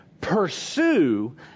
pursue